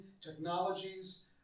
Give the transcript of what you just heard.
technologies